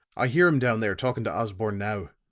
i hear him down there talking to osborne now.